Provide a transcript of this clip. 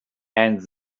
and